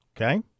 okay